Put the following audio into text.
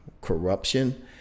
corruption